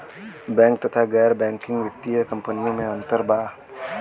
Bank तथा गैर banking वित्तीय कम्पनीयो मे अन्तर का बा?